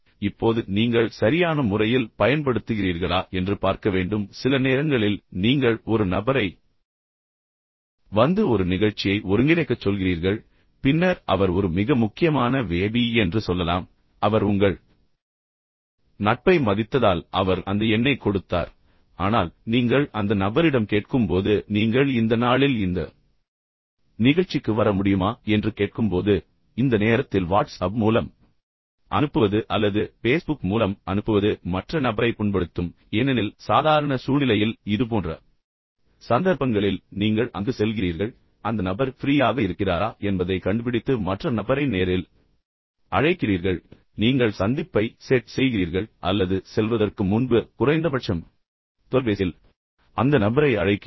இப்போது நீங்கள் சரியான முறையில் பயன்படுத்துகிறீர்களா என்று பார்க்க வேண்டும் சில நேரங்களில் நீங்கள் ஒரு நபரை வந்து ஒரு நிகழ்ச்சியை ஒருங்கிணைக்கச் சொல்கிறீர்கள் பின்னர் அவர் ஒரு மிக முக்கியமான விஐபி என்று சொல்லலாம் அவர் உங்கள் நட்பை மதித்ததால் அவர் அந்த எண்ணைக் கொடுத்தார் ஆனால் நீங்கள் அந்த நபரிடம் கேட்கும்போது நீங்கள் இந்த நாளில் இந்த நிகழ்ச்சிக்கு வர முடியுமா என்று கேட்கும்போது இந்த நேரத்தில் வாட்ஸ்அப் மூலம் அனுப்புவது அல்லது பேஸ்புக் மூலம் அனுப்புவது மற்ற நபரை புண்படுத்தும் ஏனெனில் சாதாரண சூழ்நிலையில் இதுபோன்ற சந்தர்ப்பங்களில் நீங்கள் அங்கு செல்கிறீர்கள் அந்த நபர் ஃபிரீயாக இருக்கிறாரா என்பதைக் கண்டுபிடித்து மற்ற நபரை நேரில் அழைக்கிறீர்கள் பின்னர் நீங்கள் சந்திப்பை செட் செய்கிறீர்கள் அல்லது செல்வதற்கு முன்பு குறைந்தபட்சம் தொலைபேசியில் அந்த நபரை அழைக்கிறீர்கள்